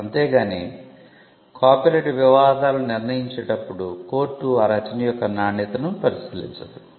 అంతే గానీ కాపీరైట్ వివాదాలను నిర్ణయించేటప్పుడు కోర్టు ఆ రచన యొక్క నాణ్యతను పరిశీలించదు